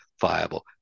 viable